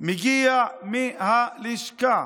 מגיעים מהלשכה,